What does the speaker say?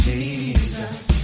Jesus